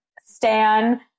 stan